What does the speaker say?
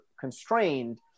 constrained